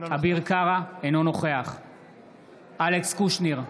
אינו נוכח אלכס קושניר,